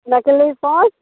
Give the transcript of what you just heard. नकली फोन